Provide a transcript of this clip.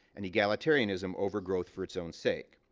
and egalitarianism over growth for its own sake.